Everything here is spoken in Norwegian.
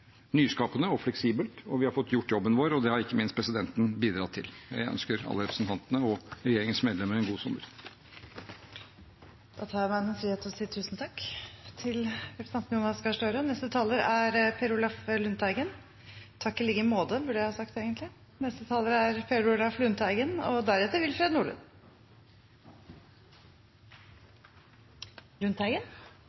nyskapende og fleksibelt. Vi har fått gjort jobben vår, og det har ikke minst presidenten bidratt til. Jeg ønsker alle representantene og regjeringens medlemmer en god sommer. Da tar jeg meg den frihet å si tusen takk til representanten Jonas Gahr Støre. Takk i like måte, burde jeg egentlig ha sagt. Pandemien rammer bedrifter og arbeidsfolk hardt, og vi bruker fellesskapets penger for å få trygghet, lønnsomhet i bedriftene, arbeid å gå til og